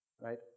Right